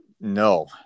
No